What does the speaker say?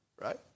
right